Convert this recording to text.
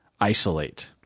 isolate